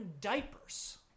diapers